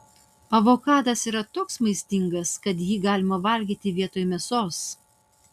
avokadas yra toks maistingas kad jį galima valgyti vietoj mėsos